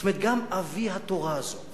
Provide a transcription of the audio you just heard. זאת אומרת, גם אבי התורה הזאת